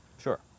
Sure